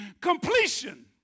completion